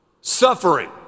suffering